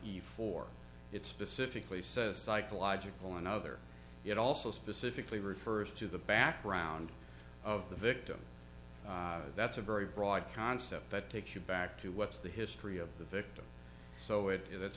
efore it specifically says psychological and other it also specifically refers to the background of the victim that's a very broad concept that takes you back to what's the history of the victim so if it's